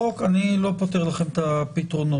אני לא פותר לכם את הפתרונות.